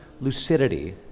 lucidity